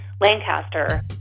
Lancaster